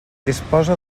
disposa